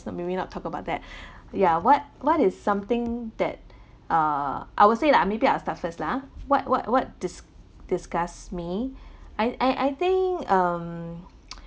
so maybe not talk about that yeah what what is something that uh I will say lah maybe I'll start first lah ah what what what dis~ disgust me I I I think um